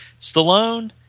Stallone